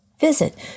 Visit